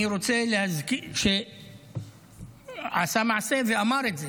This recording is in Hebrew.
אני רוצה להזכיר שהוא עשה מעשה ואמר את זה,